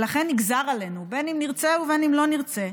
ולכן נגזר עלינו, אם נרצה ואם לא נרצה,